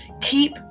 Keep